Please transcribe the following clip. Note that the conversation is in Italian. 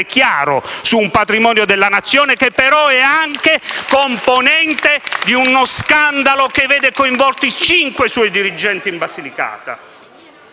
chiaro su un patrimonio della nazione, che però è anche parte di uno scandalo che vede coinvolti cinque suoi dirigenti in Basilicata.